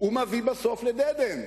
הוא מביא בסוף ל-dead end.